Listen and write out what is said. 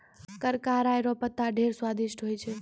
करका राय रो पत्ता ढेर स्वादिस्ट होय छै